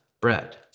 bread